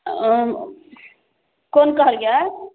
आम कोन कहलिए